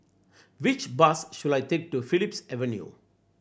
which bus should I take to Phillips Avenue